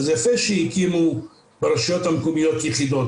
אז יפה שהקימו ברשויות המקומיות יחידות,